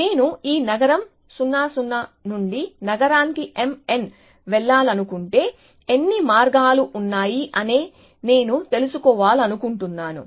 నేను ఈ నగరం 0 0 నుండి నగరానికి m n వెళ్లాలనుకుంటే ఎన్ని మార్గాలు ఉన్నాయి అనే నేను తెలుసుకోవాలనుకుంటున్నాను